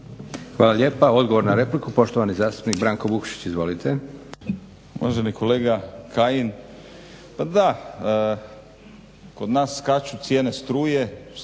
Hvala lijepa. Odgovor na repliku, poštovana zastupnica Nada Turina-Đurić. Izvolite.